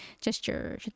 gesture